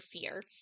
fear